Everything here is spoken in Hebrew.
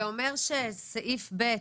זה אומר שסעיף ב',